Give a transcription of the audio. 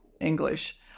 english